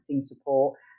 support